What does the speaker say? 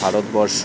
Bharatvarsha